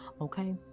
okay